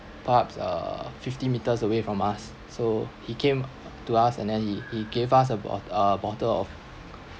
perhaps uh fifty metres away from us so he came to us and then he he gave us a bo~ a bottle of